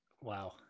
Wow